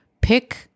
pick